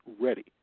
ready